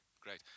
great